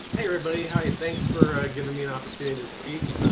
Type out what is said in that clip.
everybody. how are you, thanks for giving me an opportunity to speak.